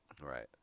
right